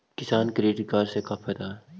किसान credit card से का फायदा है?